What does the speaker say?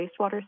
wastewater